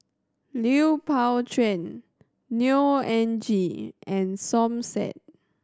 Lui Pao Chuen Neo Anngee and Som Said